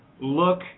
look